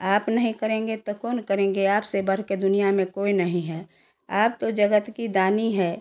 आप नहीं करेंगे तो कौन करेंगे आपसे बढ़कर दुनिया में कोई नहीं है आप तो जगत के दानी हैं